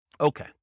Okay